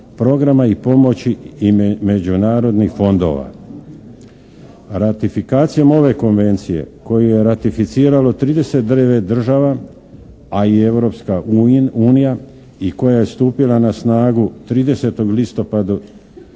programa i pomoći i međunarodnih fondova. Ratifikacijom ove Konvencije koju je ratificiralo 39 država, a i Europska unija i koja je stupila na snagu 30. listopada